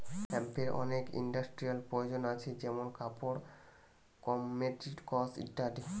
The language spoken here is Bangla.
হেম্পের অনেক ইন্ডাস্ট্রিয়াল প্রয়োজন আছে যেমনি কাপড়, কসমেটিকস ইত্যাদি